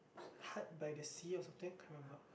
Hut by the Sea or something can't remember